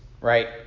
right